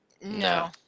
No